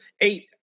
eight